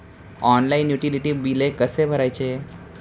Online utility बिले कसे भरायचे?